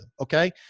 Okay